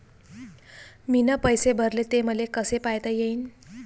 मीन पैसे भरले, ते मले कसे पायता येईन?